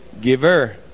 giver